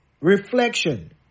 Reflection